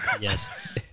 Yes